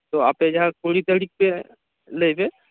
ᱛᱚ ᱟᱯᱮ ᱡᱟᱦᱟᱸ ᱠᱩᱲᱤ ᱛᱟᱨᱤᱠᱷ ᱯᱮ ᱞᱟᱹᱭ